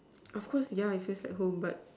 of course yeah it feels like home but